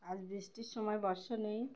আজ বৃষ্টির সময় বর্ষা নেই